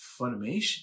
Funimation